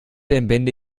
entbinde